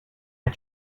had